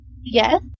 Yes